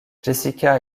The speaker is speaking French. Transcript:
jessica